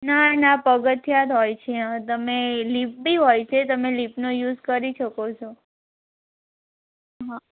ના ના પગથીયા જ હોય છે એમાં તમે લીફ બી હોય છે તમે લિફનો યૂઝ કરી સકો છો હા